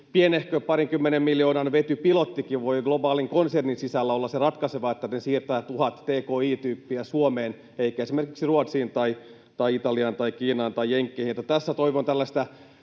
pienehkö parinkymmenen miljoonan vetypilottikin voi globaalin konsernin sisällä olla se ratkaiseva, että ne siirtävät tuhat tki-tyyppiä Suomeen eivätkä esimerkiksi Ruotsiin tai Italiaan tai Kiinaan tai Jenkkeihin. Tässä toivon tällaista